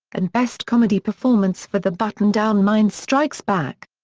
and best comedy performance for the button-down mind strikes back.